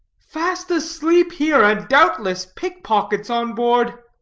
fast asleep here, and, doubtless, pick-pockets on board.